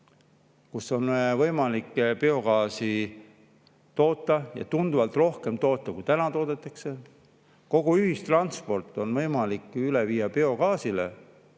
kus on võimalik biogaasi toota ja tunduvalt rohkem toota, kui täna toodetakse. Kogu ühistransport on võimalik üle viia biogaasile.